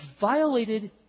violated